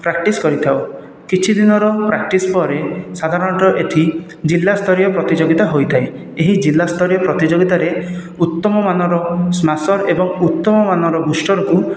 practice କରିଥାଉ କିଛି ଦିନର ପ୍ରାକ୍ଟିସ ପରେ ସାଧାରଣତଃ ଏଠି ଜିଲ୍ଲା ସ୍ତରୀୟ ପ୍ରତିଯୋଗିତା ହୋଇଥାଏ ଏହି ଜିଲ୍ଲା ସ୍ତରୀୟ ପ୍ରତିଯୋଗିତାରେ ଉତ୍ତମ ମାନର ସ୍ମାଶର ଏବଂ ଉତ୍ତମ ମାନର ବୁଷ୍ଟରକୁ